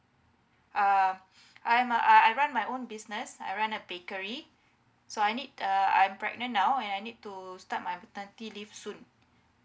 uh I am a uh I run my own business I run a bakery so I need uh I'm pregnant now and I need to start my maternity leave soon